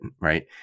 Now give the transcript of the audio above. right